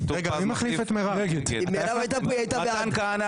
מתן כהנא